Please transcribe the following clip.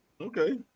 okay